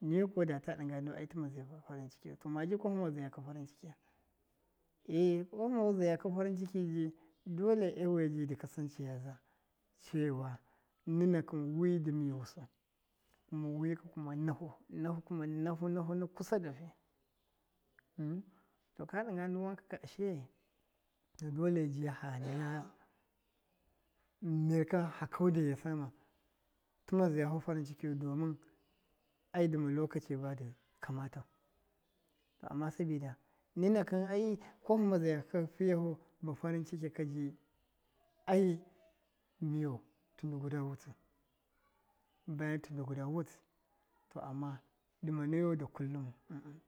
niwi kuma data dinga ndu ai tɨma ze farin cikiyu, to maji kwahɨma zaya kɨ farin cikiya, e kwahima zayaki farin ciki ji dole ji ewuya ji dɨ ka san cayaza cewa nɨnakɨn wɨ dɨ miyusɨ kuma wɨka nafu, nafu kuma nafu nafu kusa dafɨ umm to ka ɗinga ndu wankaka ashe, to dole ji fa naya mir ka fa kaudeya sema tima zayafu farin cikiyu domɨn ai dɨma lokaci badɨ kama tau to ama sabida nɨna kɨn ai kwahɨma zaya kɨ fiyahu ba farɨn ciki ka ji ai miyau tindɨ guda wutɨ baya tɨndɨ guda wɨt to ama ɗɨma na yau da kullumu uh- uhm.